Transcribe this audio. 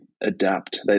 adapt